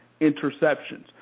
interceptions